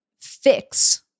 fix